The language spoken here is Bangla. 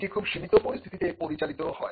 এটি খুব সীমিত পরিস্থিতিতে পরিচালিত হয়